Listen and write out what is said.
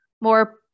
more